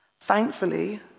Thankfully